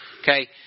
Okay